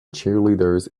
cheerleaders